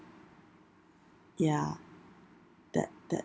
ya that that